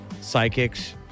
psychics